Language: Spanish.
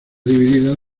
divididas